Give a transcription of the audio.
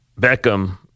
Beckham